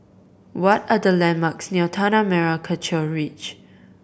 what are the landmarks near Tanah Merah Kechil Ridge